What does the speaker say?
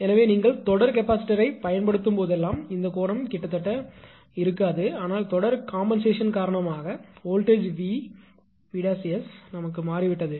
எனவே நீங்கள் தொடர் கெபாசிட்டரைப் பயன்படுத்தும்போதெல்லாம் இந்தக் கோணம் கிட்டத்தட்ட இருக்காது ஆனால் தொடர் கம்பென்சேஷன் காரணமாக வோல்ட்டேஜ் 𝑉's மாறிவிட்டது